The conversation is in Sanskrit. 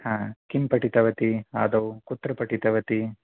हा किं पठितवती आदौ कुत्र पठितवती